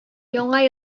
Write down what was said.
яңа